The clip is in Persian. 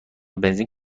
بنزین